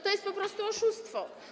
To jest po prostu oszustwo.